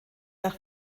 nach